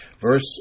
Verse